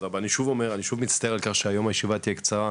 אני שוב מצטער על כך שהיום הישיבה תהיה קצרה,